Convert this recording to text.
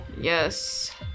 Yes